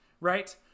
right